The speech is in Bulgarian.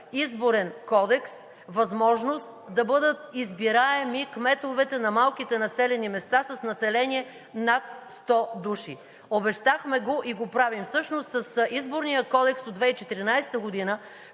Изборен кодекс внасяме възможност да бъдат избираеми кметовете на малките населени места с население над 100 души. Обещахме го и го правим. Всъщност с Изборния кодекс от 2014 г.,